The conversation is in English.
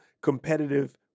competitive